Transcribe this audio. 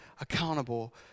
accountable